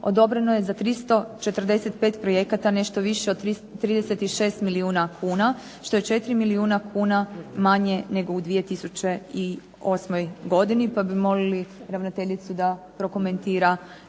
odobreno je za 345 projekata nešto više od 36 milijuna kuna, što je 4 milijuna kuna manje nego u 2008. godini. Pa bi molili ravnateljicu da prokomentira